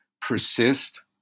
persist